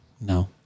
No